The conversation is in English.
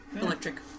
Electric